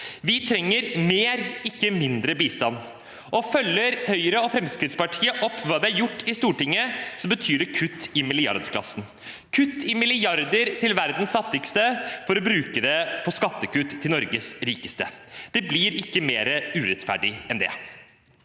Vi trenger mer, ikke mindre, bistand. Følger Høyre og Fremskrittspartiet opp det de har sagt i Stortinget, betyr det kutt i milliardklassen. Kutt i milliarder til verdens fattigste, for å bruke det på skattekutt til Norges rikeste – det blir ikke mer urettferdig enn det.